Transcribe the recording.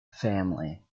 family